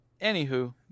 anywho